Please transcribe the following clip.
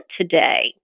today